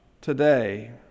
today